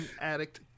addict